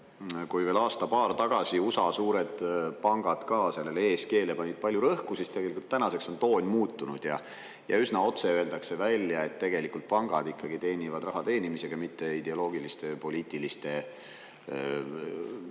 Kui veel aasta-paar tagasi USA suured pangad ka sellele ESG-le vaid palju rõhku, siis tegelikult tänaseks on toon muutunud. Üsna otse öeldakse välja, et tegelikult pangad teenivad raha teenimisega, mitte ideoloogiliste ja poliitiliste eesmärkide